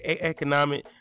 economic